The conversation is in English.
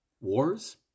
wars